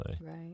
Right